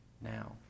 now